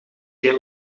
geen